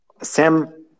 Sam